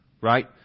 Right